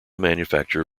manufacture